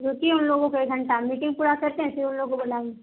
روکیے ان لوگوں کو ایک گھنٹہ میٹنگ پورا کرتے ہیں پھر ان لوگوں کو بلائیں گے